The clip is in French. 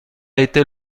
été